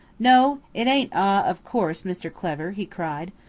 no, it ain't ah, of course mr clever, he cried.